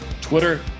Twitter